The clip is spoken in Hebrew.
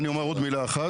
אני אומר עוד מילה אחת,